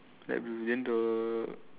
light blue then the